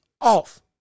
off